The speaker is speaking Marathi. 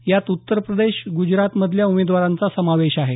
यात उत्तरप्रदेश आणि गुजरातमधल्या उमेदवारांचा समावेश आहे